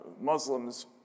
Muslims